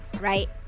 right